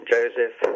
Joseph